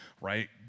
right